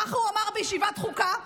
ככה הוא אמר בישיבת ועדת החוקה,